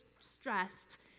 stressed